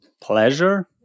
pleasure